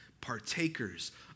partakers